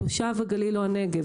תושב הגליל או הנגב,